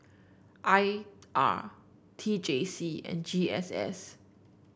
I R T J C and G S S